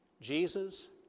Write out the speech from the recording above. Jesus